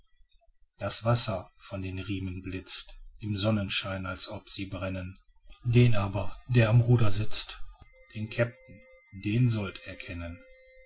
das wasser von den riemen blitzt im sonnenschein als ob sie brennen den aber der am ruder sitzt den kapitän den sollt er